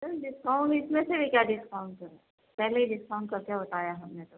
سر discount اتنے سے ہی کیا ڈسکاؤنٹ پہلے ہی ڈسکاؤنٹ کر کے بتایا ہم نے تو